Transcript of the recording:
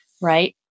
Right